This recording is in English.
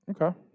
Okay